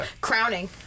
Crowning